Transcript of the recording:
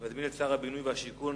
אני מזמין את שר הבינוי והשיכון,